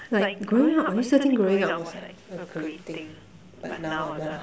like growing up I used to think growing up was like a great thing but now I'm like